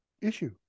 issue